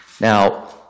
Now